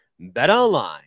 BetOnline